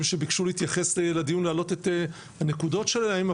שביקשו להתייחס לדיון להעלות את הנקודות שלהם,